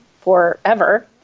forever